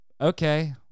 okay